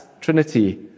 trinity